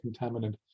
contaminant